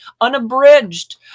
unabridged